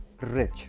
rich